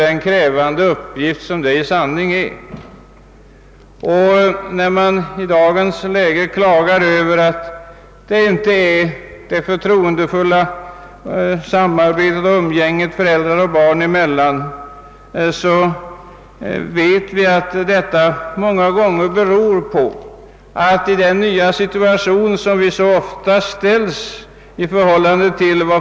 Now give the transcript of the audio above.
Det klagas ofta över att umgänget mellan föräldrar och barn inte är så förtroendefullt som det borde vara. Många gånger beror detta på att vi.